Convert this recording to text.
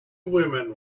women